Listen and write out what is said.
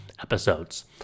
Episodes